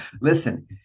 Listen